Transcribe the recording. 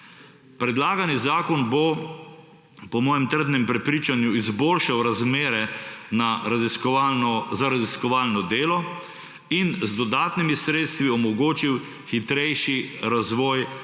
Predlagani zakon bo, po mojem trdnem prepričanju, izboljšal razmere za raziskovalno delo in z dodatnimi sredstvi omogočil hitrejši razvoj